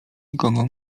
nikogo